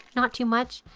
not too much.